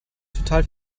total